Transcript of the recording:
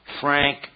frank